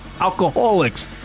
alcoholics